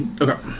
okay